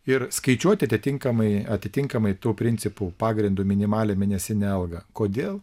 ir skaičiuoti atitinkamai atitinkamai tų principų pagrindu minimalią mėnesinę algą kodėl